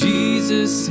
Jesus